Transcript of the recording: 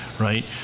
right